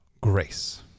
grace